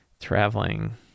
traveling